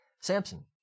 Samson